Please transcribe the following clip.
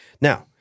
Now